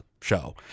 show